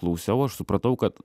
klausiau aš supratau kad